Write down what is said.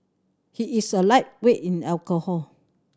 he is a lightweight in alcohol